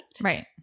Right